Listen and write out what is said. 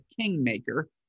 kingmaker